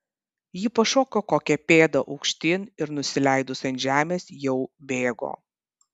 ji pašoko kokią pėdą aukštyn ir nusileidus ant žemės jau bėgo